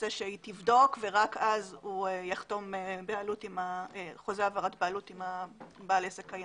שהיא תבדוק ורק אז הוא יחתום על חוזה העברת בעלות עם בעל עסק קיים.